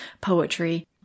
poetry